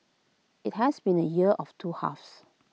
IT has been A year of two halves